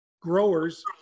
growers